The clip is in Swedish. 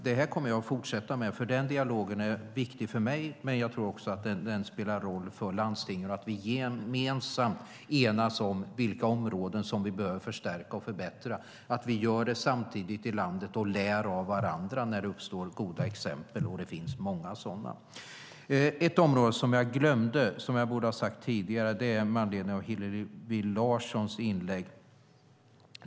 Det kommer jag att fortsätta med, för den dialogen är viktig för mig, och jag tror att den också spelar roll för landstingen, alltså att vi gemensamt enas om vilka områden vi behöver förstärka och förbättra, att vi gör det samtidigt i landet och lär av varandra när goda exempel uppstår. Det finns många sådana. En sak som jag glömde säga något om gällde Hillevi Larssons inlägg.